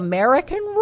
American